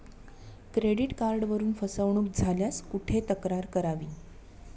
Credit कार्डवरून फसवणूक झाल्यास कुठे तक्रार करावी?